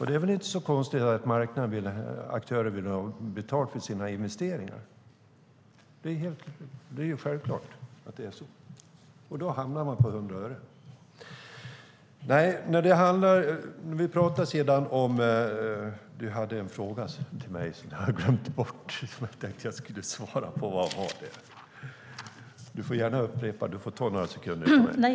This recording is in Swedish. Det är väl inte så konstigt att aktörer vill ha betalt för sina investeringar. Det är självklart att det är så, och då hamnar man på 100 öre. Du hade en fråga till mig som jag har glömt bort, som jag tänkte att jag skulle svara på. Du får gärna upprepa den. Du får ta några sekunder från mig.